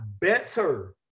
better